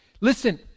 Listen